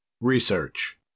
RESEARCH